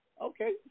Okay